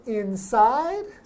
inside